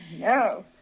no